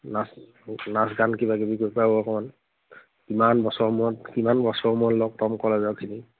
নাচ নাচ গান কিবা কিবি কৰিব পৰা হ'ব অকণমান কিমান বছৰ মূৰত কিমান বছৰ মূৰত লগ পাম কলেজৰখিনি